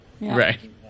Right